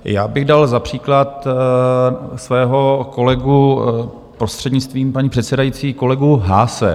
Dal bych za příklad svého kolegu, prostřednictvím paní předsedající, kolegu Haase.